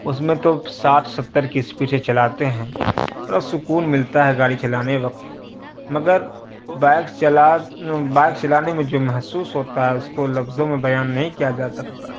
اس میں تو ساٹھ ستّر کی اسپیڈ سے چلاتے ہیں بڑا سکون ملتا ہے گاڑی چلانے وقت مگر بائک چلا بائک چلانے میں جو محسوس ہوتا ہے اس کو لفظوں میں بیان نہیں کیا جا سکتا